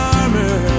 armor